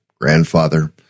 grandfather